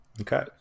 Okay